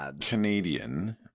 Canadian